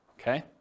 Okay